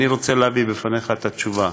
אני רוצה להביא בפניך את התשובה.